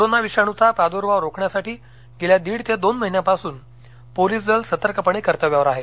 corona विषाणूचा प्राद्भाव रोखण्यासाठी गेल्या दीड ते दोन महिन्यांपासून पोलीस दल सतर्कपणे कर्तव्यावर आहे